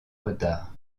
retard